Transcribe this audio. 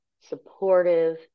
supportive